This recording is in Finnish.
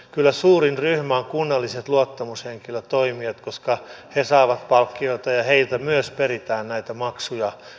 kyllä suurin ryhmä on kunnalliset luottamushenkilötoimijat koska he saavat palkkioita ja heiltä myös peritään näitä maksuja